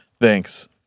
Thanks